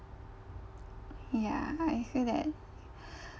ya I feel that